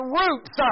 roots